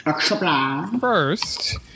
first